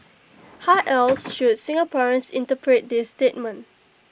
how else should Singaporeans interpret this statement